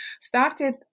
started